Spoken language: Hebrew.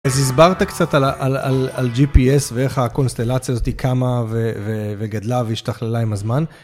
אז הסברת קצת על G.P.S. ואיך הקונסטלציה הזאתי קמה וגדלה והשתכללה עם הזמן.